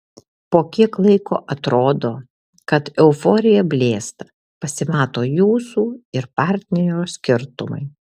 po kiek laiko atrodo kad euforija blėsta pasimato jūsų ir partnerio skirtumai